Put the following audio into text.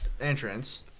entrance